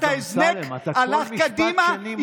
אותה ברית שנכתבה כאילו היא מה שנתפס,